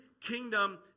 kingdom